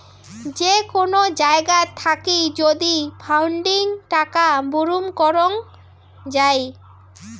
যে কোন জায়গাত থাকি যদি ফান্ডিং টাকা বুরুম করং যাই